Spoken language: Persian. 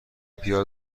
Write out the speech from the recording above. پیاز